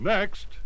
Next